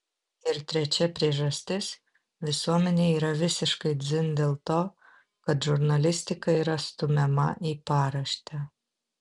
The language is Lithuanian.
ir trečia priežastis visuomenei yra visiškai dzin dėl to kad žurnalistika yra stumiama į paraštę